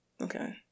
Okay